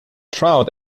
trout